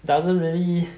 doesn't really